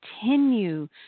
continue